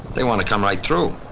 they wanted to come right through.